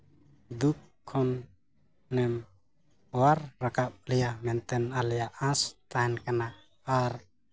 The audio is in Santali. ᱫᱩᱠ ᱠᱷᱚᱱᱮᱢ ᱚᱣᱟᱨ ᱨᱟᱠᱟᱵ ᱞᱮᱭᱟ ᱢᱮᱱᱛᱮᱫ ᱟᱞᱮᱭᱟᱜ ᱟᱸᱥ ᱛᱟᱦᱮᱱ ᱠᱟᱱᱟ ᱟᱨ